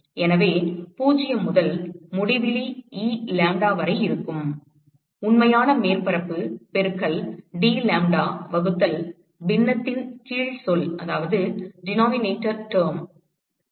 எனவே 0 முதல் முடிவிலி Elambda வரை இருக்கும் உண்மையான மேற்பரப்பு பெருக்கல் dlambda வகுத்தல் பின்னத்தின் கீழ் சொல் என்ன